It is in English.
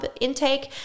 intake